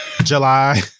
July